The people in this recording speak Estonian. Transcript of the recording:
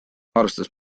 arvestades